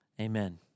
Amen